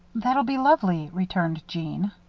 that'll be lovely, returned jeanne.